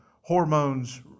hormones